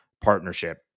partnership